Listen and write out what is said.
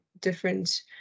different